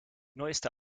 neueste